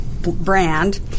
brand